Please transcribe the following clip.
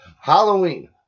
Halloween